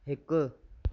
हिकु